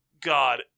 God